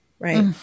Right